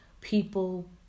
people